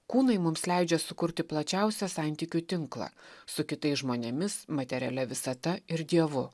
kūnai mums leidžia sukurti plačiausią santykių tinklą su kitais žmonėmis materialia visata ir dievu